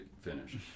finish